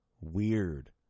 weird